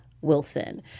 Wilson